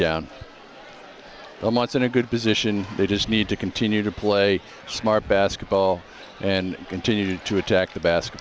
down amounts in a good position they just need to continue to play smart basketball and continue to attack the bas